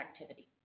activity